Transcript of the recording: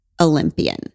Olympian